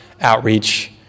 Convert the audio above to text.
outreach